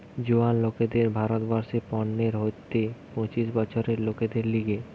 জোয়ান লোকদের ভারত বর্ষে পনের হইতে পঁচিশ বছরের লোকদের লিগে